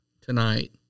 tonight